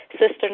Sister